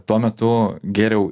tuo metu gėriau